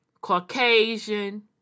Caucasian